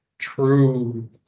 true